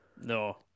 No